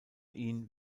ihn